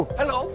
hello